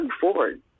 Ford